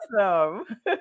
Awesome